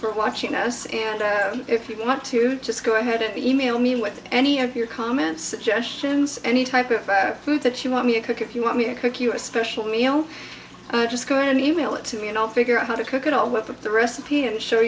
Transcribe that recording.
for watching us and if you want to just go ahead and email me with any of your comments suggestions any type of food that you want me to cook if you want me to cook you a special meal just go in an e mail it to me and i'll figure out how to cook it all worth of the recipe and show